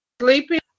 sleeping